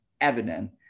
evident